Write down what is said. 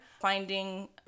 finding